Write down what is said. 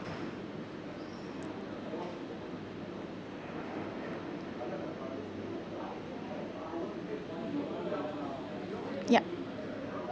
yup